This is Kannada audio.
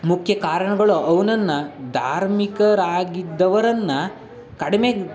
ಮುಖ್ಯ ಕಾರಣಗಳು ಅವನನ್ನ ಧಾರ್ಮಿಕರಾಗಿದ್ದವರನ್ನು ಕಡಿಮೆ